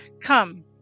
come